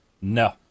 No